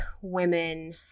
women